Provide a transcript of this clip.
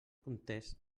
context